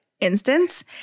instance